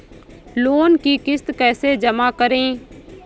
Loan की किश्त कैसे जमा करें?